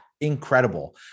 incredible